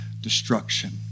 destruction